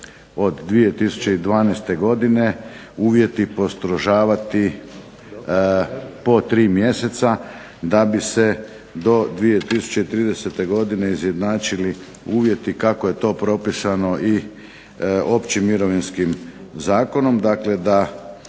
od 2012. godine uvjeti postrožavati po tri mjeseca, da bi se do 2030. godine izjednačili uvjeti kako je to propisano općim Mirovinskim zakonom da